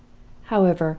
however,